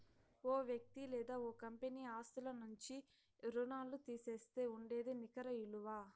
ఓ వ్యక్తి లేదా ఓ కంపెనీ ఆస్తుల నుంచి రుణాల్లు తీసేస్తే ఉండేదే నికర ఇలువ